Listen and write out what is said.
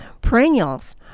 perennials